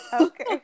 okay